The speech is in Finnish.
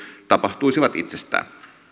tapahtuisivat itsestään